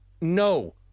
no